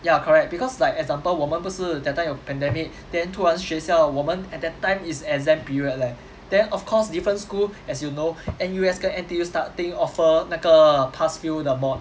ya correct because like example 我们不是 that time 有 pandemic then 突然学校我们 at that time is exam period leh then of course different school as you know N_U_S 跟 N_T_U starting offer 那个 pass fail 的 mod